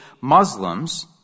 Muslims